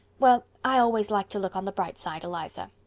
well, i always like to look on the bright side, eliza.